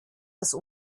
das